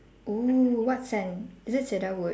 !oo! what scent is it cedar wood